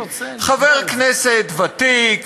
חבר כנסת ותיק,